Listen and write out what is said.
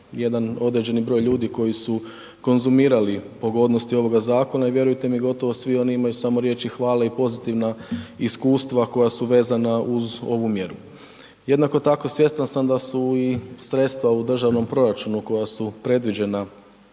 jedan određeni broj ljudi koji su konzumirali pogodnosti ovoga zakona i vjerujte mi, gotovo svi oni imaju samo riječi hvale i pozitivna iskustva koja su vezana uz ovu mjeru. Jednako tako, svjestan sam da su i sredstva u državnom proračunu koja su predviđena